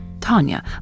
Tanya